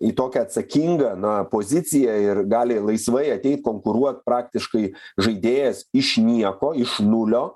į tokią atsakingą na poziciją ir gali laisvai ateit konkuruot praktiškai žaidėjas iš nieko iš nulio